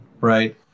right